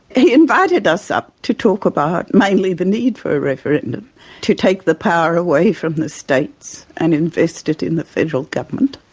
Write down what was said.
he invited us up to talk about mainly the need for a referendum to take the power away from the states and invest it in the federal government.